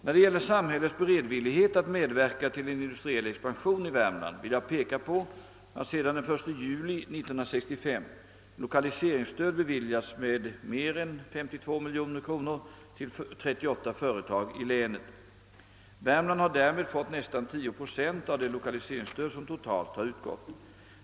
När det gäller samhällets beredvillighet att medverka till en industriell expansion i Värmland vill jag peka på att sedan den 1 juli 1965 lokaliseringsstöd beviljats med mer än 52 milj.kr. till 38 företag i länet. Värmland har därmed fått nästan tio procent av det lokaliseringsstöd som totalt har utgått.